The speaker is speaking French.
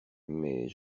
mais